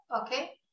Okay